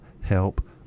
help